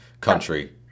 country